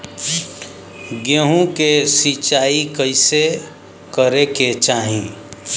गेहूँ के सिंचाई कइसे करे के चाही?